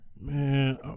man